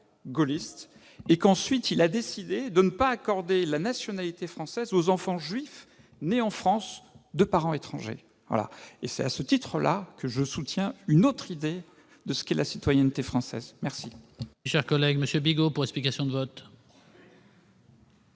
Il a ensuite décidé de ne pas accorder la nationalité française aux enfants juifs nés en France de parents étrangers. C'est à ce titre que je soutiens une autre idée de la citoyenneté française. La